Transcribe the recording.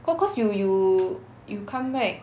cau~ cause you you you come back